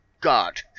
god